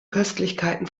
köstlichkeiten